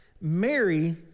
Mary